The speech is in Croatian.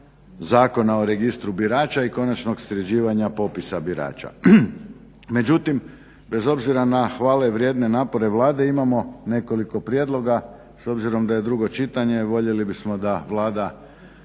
Zakona o registru birača i konačnog sređivanja popisa birača. Međutim bez obzira na hvale vrijedne napore Vlade, imamo nekoliko prijedloga s obzirom da je drugo čitanje voljeli bismo da Vlada